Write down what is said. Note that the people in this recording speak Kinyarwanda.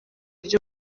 ryo